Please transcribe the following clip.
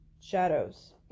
shadows